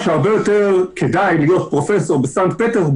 האמונה שהרבה יותר כדאי להיות פרופסור בסנט-פטרסבורג